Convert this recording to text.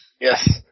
Yes